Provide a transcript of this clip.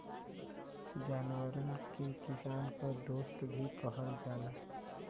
जानवरन के किसान क दोस्त भी कहल जाला